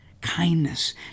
kindness